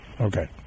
Okay